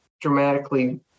dramatically